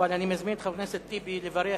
אבל אני מזמין את חבר הכנסת טיבי לברך,